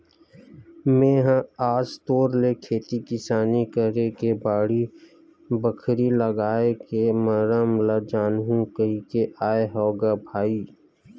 मेहा आज तोर ले खेती किसानी करे के बाड़ी, बखरी लागए के मरम ल जानहूँ कहिके आय हँव ग भाई